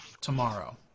tomorrow